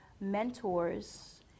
mentors